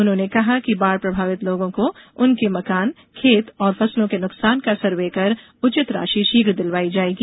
उन्होंने कहा कि बाढ़ प्रभावित लोगों को उनके मकान खेत और फसलों के नुकसान का सर्वे कर उचित राशि शीघ्र दिलवाई जाएगी